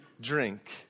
drink